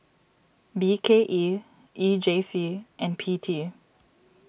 B K E E J C and P T